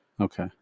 Okay